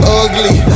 ugly